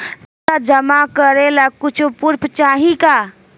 पैसा जमा करे ला कुछु पूर्फ चाहि का?